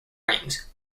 rings